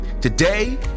Today